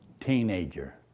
teenager